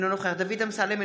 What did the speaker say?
אינו נוכח דוד אמסלם,